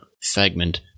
segment